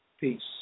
Peace